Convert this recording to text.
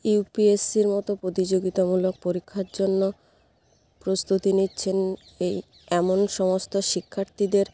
you P S সির মতো প্রতিযোগিতামূলক পরীক্ষার জন্য প্রস্তুতি নিচ্ছেন এই এমন সমস্ত শিক্ষার্থীদের